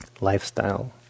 lifestyle